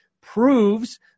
proves